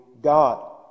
God